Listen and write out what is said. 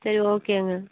சரி ஓகேங்க